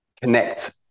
connect